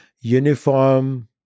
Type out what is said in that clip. uniform